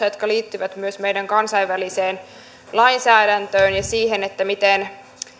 jotka liittyvät myös kansainväliseen lainsäädäntöön ja siihen miten